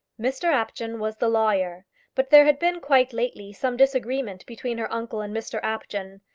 mr apjohn was the lawyer but there had been quite lately some disagreement between her uncle and mr apjohn,